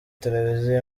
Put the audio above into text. televiziyo